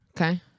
Okay